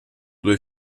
due